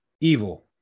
evil